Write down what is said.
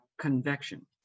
convection